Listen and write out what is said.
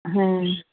ᱦᱮᱸ